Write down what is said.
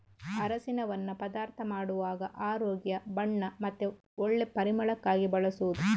ಅರಸಿನವನ್ನ ಪದಾರ್ಥ ಮಾಡುವಾಗ ಆರೋಗ್ಯ, ಬಣ್ಣ ಮತ್ತೆ ಒಳ್ಳೆ ಪರಿಮಳಕ್ಕಾಗಿ ಬಳಸುದು